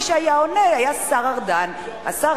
מי שהיה עונה היה השר ארדן, השר להגנת הסביבה.